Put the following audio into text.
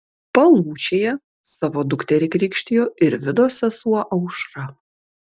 palūšėje savo dukterį krikštijo ir vidos sesuo aušra